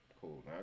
Cool